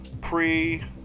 pre